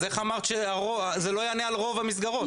איך אמרת שזה לא יענה על רוב המסגרות?